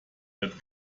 wird